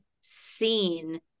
seen